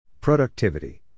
Productivity